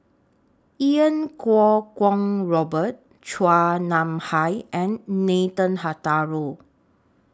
Iau Kuo Kwong Robert Chua Nam Hai and Nathan Hartono